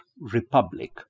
republic